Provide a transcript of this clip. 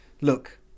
look